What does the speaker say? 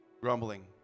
grumbling